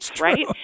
right